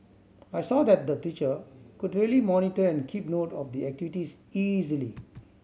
I saw that the teacher could really monitor and keep note of the activities easily